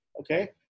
okay